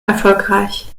erfolgreich